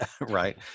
right